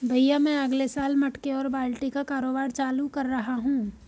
भैया मैं अगले साल मटके और बाल्टी का कारोबार चालू कर रहा हूं